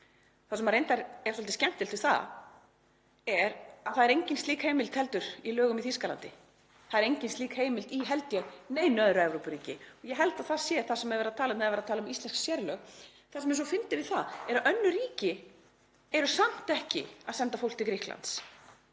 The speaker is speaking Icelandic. Það sem er reyndar svolítið skemmtilegt við það er að það er engin slík heimild heldur í lögum í Þýskalandi. Það er engin slík heimild, held ég, í neinu öðru Evrópuríki. Ég held að það sé það sem er verið að tala um þegar verið er að tala um íslensk sérlög. Það sem er svo fyndið við það er að önnur ríki eru samt ekki að senda fólk til Grikklands.